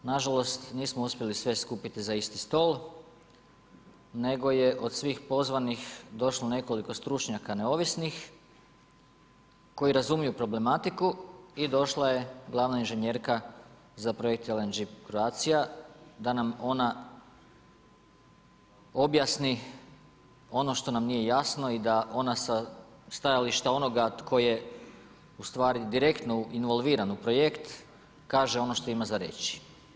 Nažalost, nismo uspjeli sve skupiti za isti stol nego je od svih pozvanih došlo nekoliko stručnjaka neovisnih koji razumiju problematiku i došla je glavna inženjerka za projekt LNG Croatia da nam ona objasni ono što nam nije jasno i da ona sa stajališta onoga tko je u stvari direktno involviran u projekt, kaže ono što ima za reći.